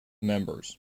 members